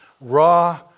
raw